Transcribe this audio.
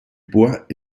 bois